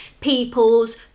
People's